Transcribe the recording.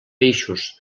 peixos